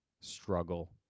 Struggle